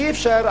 אי-אפשר.